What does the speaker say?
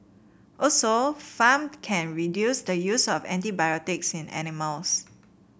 also farm can reduce the use of antibiotics in animals